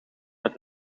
met